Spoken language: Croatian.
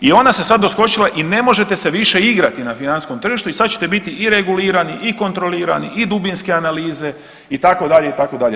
I ona se sad doskočila i ne možete se više igrati na financijskom tržištu i sad ćete biti i regulirani i kontrolirani i dubinske analize itd. itd.